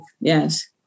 Yes